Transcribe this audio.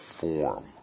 form